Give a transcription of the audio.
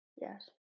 Yes